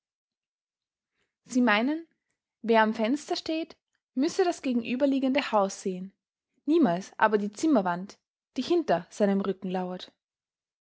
sie meinen wer am fenster steht müsse das gegenüberliegende haus sehen niemals aber die zimmerwand die hinter seinem rücken lauert